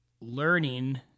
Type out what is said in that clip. learning